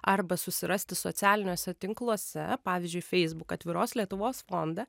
arba susirasti socialiniuose tinkluose pavyzdžiui facebook atviros lietuvos fondą